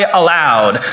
aloud